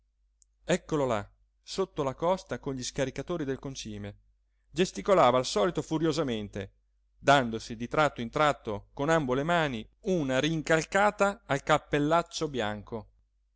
eccolo là sotto la costa con gli scaricatori del concime gesticolava al solito furiosamente dandosi di tratto in tratto con ambo le mani una rincalcata al cappellaccio bianco